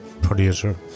producer